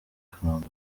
kanombe